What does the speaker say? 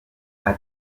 ati